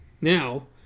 Now